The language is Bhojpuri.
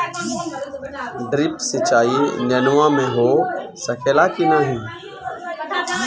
ड्रिप सिंचाई नेनुआ में हो सकेला की नाही?